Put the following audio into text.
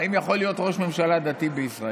האם יכול להיות ראש ממשלה דתי בישראל.